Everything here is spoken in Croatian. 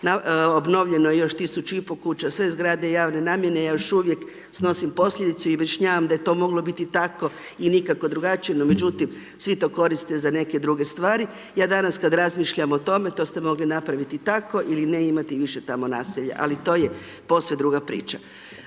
obnovljeno je još tisuću i pol kuća, sve zgrade javne namjene, ja još uvijek snosim posljedicu i objašnjavam da je to moglo biti tako i nikako drugačije, međutim svi to koriste za neke druge stvari. Ja danas kada razmišljam o tome, to ste mogli napraviti tako ili ne imati više tamo naselja, ali to je posve druga priča.